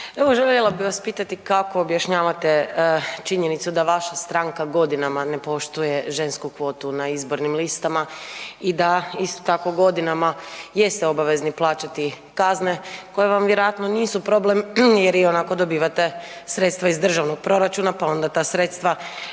željela bih vas pitati kako objašnjavate činjenicu da vaša stranka godinama ne poštuje žensku kvotu na izbornim listama i da isto tako godinama jeste obavezni plaćati kazne koje vam vjerojatno nisu problem jer ionako dobivate sredstva iz državnog proračuna pa onda ta sredstva